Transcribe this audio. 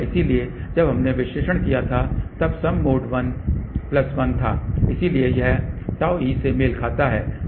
इसलिए जब हमने विश्लेषण किया था तब सम मोड 1 प्लस 1 था इसलिए यह Γe से मेल खाता है